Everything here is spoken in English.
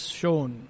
shown